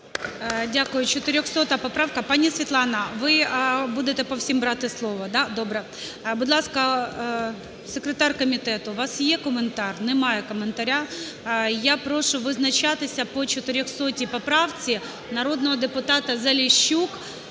Дякую. 400 поправка. Пані Світлана, ви будете по всім брати слово, да? Добре. Будь ласка, секретар комітету, у вас є коментар? Немає коментаря. Я прошу визначатися по 400 поправці народного депутата Заліщук.